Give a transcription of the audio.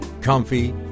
comfy